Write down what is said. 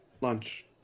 lunch